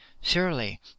surely